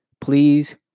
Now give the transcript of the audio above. please